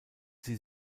sie